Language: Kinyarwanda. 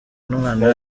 n’umwana